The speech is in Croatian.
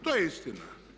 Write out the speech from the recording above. To je istina.